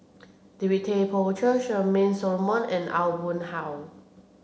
David Tay Poey Cher Charmaine Solomon and Aw Boon Haw